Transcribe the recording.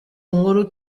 nkuru